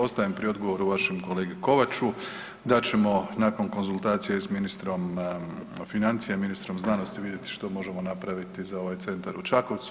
Ostajem pri odgovoru vašem kolegi Kovaču da ćemo nakon konzultacija i s ministrom financija i ministrom znanosti vidjeti što možemo napraviti za ovaj centar u Čakovcu.